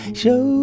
show